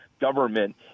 government